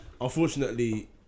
unfortunately